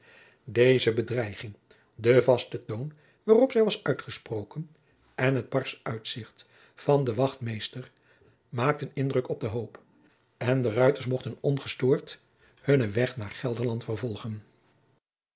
deze bedreiging de vaste toon waarop zij was uitgesproken en het barsch uitzicht van den wachtmeester maakten indruk op den hoop en de ruiters jacob van lennep de pleegzoon mochten ongestoord hunnen weg naar gelderland vervolgen